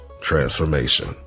transformation